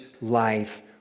life